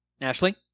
Ashley